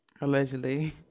Allegedly